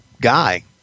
guy